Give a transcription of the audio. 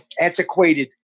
antiquated